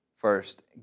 First